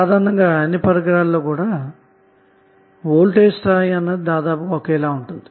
సాధారణంగా అన్ని పరికరాలలోకూడా వోల్టేజ్స్థాయి దాదాపు ఒకే లాగా ఉంటుంది